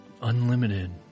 unlimited